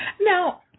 Now